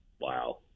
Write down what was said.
Wow